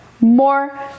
more